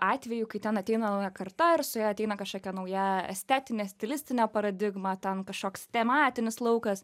atvejų kai ten ateina nauja karta ir su ja ateina kažkokia nauja estetinė stilistinė paradigma ten kažkoks tematinis laukas